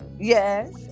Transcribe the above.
yes